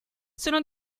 sono